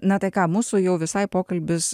na tai ką mūsų jau visai pokalbis